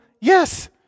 yes